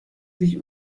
sich